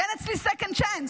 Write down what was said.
כי אין אצלי second chance.